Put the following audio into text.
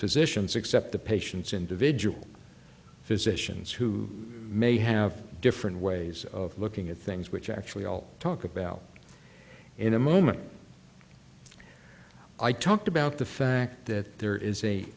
physicians except the patients individual physicians who may have different ways of looking at things which actually i'll talk about in a moment i talked about the fact that there is a